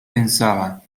pensaba